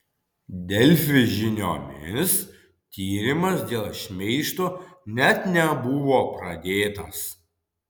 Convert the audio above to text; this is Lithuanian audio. delfi žiniomis tyrimas dėl šmeižto net nebuvo pradėtas